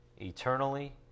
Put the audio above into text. eternally